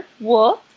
wolf